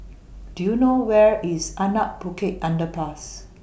Do YOU know Where IS Anak Bukit Underpass